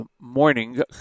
morning